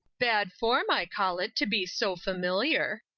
bad form, i call it, to be so familiar.